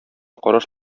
караш